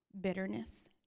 Bitterness